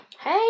Hey